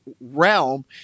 realm